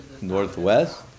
Northwest